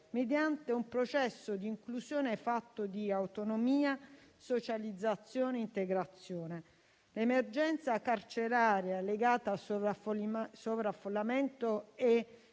mediante un processo di inclusione fatto di autonomia, socializzazione e integrazione. L'emergenza carceraria legata al sovraffollamento è